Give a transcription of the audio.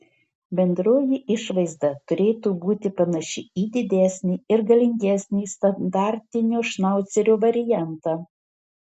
bendroji išvaizda turėtų būti panaši į didesnį ir galingesnį standartinio šnaucerio variantą